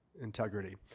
integrity